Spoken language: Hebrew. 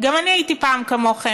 גם אני הייתי פעם כמוכם.